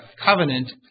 covenant